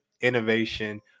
Innovation